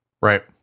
Right